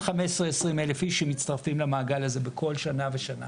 15,000-20,000 איש מצטרפים למעגל הזה בכל שנה ושנה.